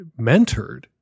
mentored